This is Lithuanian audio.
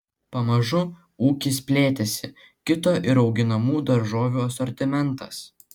pamažu ūkis plėtėsi kito ir auginamų daržovių asortimentas